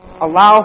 allow